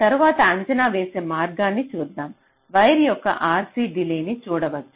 తరువాత అంచనా వేసే మార్గాన్ని చూద్దాం వైర్ యొక్క RC డిలేన్ని చూడవచ్చు